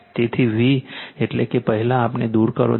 તેથી v એટલે કે પહેલા આને દૂર કરો